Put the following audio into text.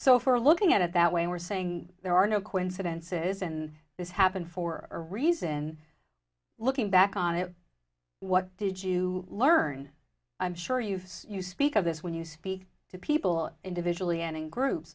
for looking at it that way we're saying there are no coincidences and this happened for a reason looking back on it what did you learn i'm sure you've you speak of this when you speak to people individually